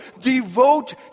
devote